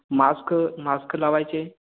मास्कं mask लावायचे